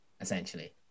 essentially